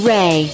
Ray